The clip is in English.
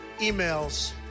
emails